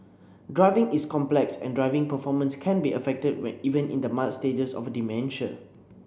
driving is complex and driving performance can be affected even in the mild stages of dementia